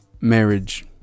marriage